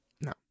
No